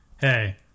hey